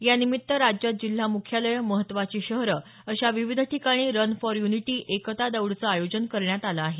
यानिमित्त राज्यात जिल्हा मुख्यालयं महत्त्वाची शहरं असा विविध ठिकाणी रन फॉर युनिटी एकता दौडचं आयोजन करण्यात आलं आहे